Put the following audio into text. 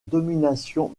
domination